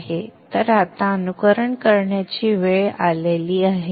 तर आता अनुकरण करण्याची वेळ आली आहे